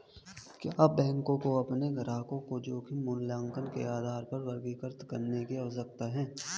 क्या बैंकों को अपने ग्राहकों को जोखिम मूल्यांकन के आधार पर वर्गीकृत करने की आवश्यकता है?